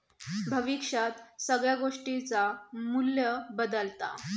भविष्यात सगळ्या गोष्टींचा मू्ल्य बदालता